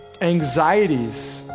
Anxieties